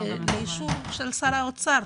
לאישור של שר האוצר,